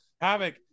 havoc